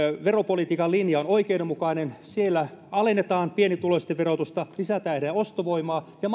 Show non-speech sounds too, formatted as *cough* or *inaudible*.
veropolitiikan linja on oikeudenmukainen siellä alennetaan pienituloisten verotusta lisätään heidän ostovoimaansa ja *unintelligible*